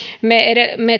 me